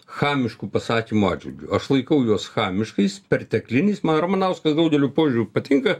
chamiškų pasakymų atžvilgiu aš laikau juos chamiškais pertekliniais man ramanauskas daugeliu požiūrių patinka